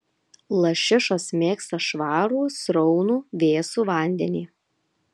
lašišos mėgsta švarų sraunų vėsų vandenį